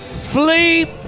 flee